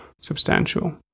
substantial